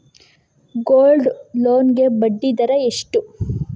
Gold loan ಗೆ ಬಡ್ಡಿ ದರ ಎಷ್ಟು?